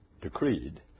decreed